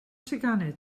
teganau